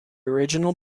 original